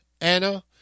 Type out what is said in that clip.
...Anna